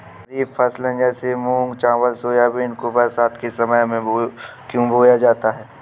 खरीफ फसले जैसे मूंग चावल सोयाबीन को बरसात के समय में क्यो बोया जाता है?